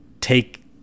take